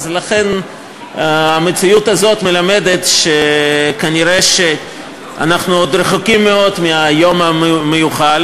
אז לכן המציאות הזאת מלמדת שכנראה אנחנו עוד רחוקים מאוד מהיום המיוחל,